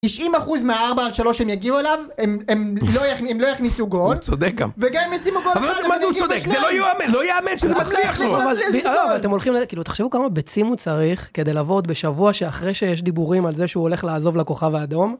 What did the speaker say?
90 אחוז מה 4 על 3 הם יגיעו אליו, הם לא יכניסו גול. הוא צודק. וגם אם ישימו גול אחת הם יגיעו בשנייה. זה לא ייאמן, לא ייאמן שזה מצליח לו. אבל אתם הולכים, תחשבו כמה ביצים הוא צריך, כדי לבוא עוד בשבוע שאחרי שיש דיבורים על זה שהוא הולך לעזוב לכוכב האדום.